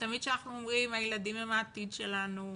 ותמיד שאנחנו אומרים שהילדים הם העתיד שלנו,